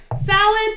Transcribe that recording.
Salad